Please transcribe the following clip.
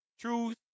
Truth